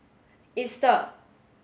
Easter